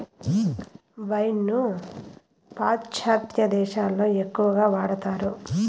wine ను పాశ్చాత్య దేశాలలో ఎక్కువగా వాడతారు